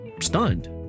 stunned